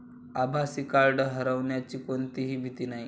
आभासी कार्ड हरवण्याची कोणतीही भीती नाही